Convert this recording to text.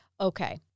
okay